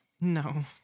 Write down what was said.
No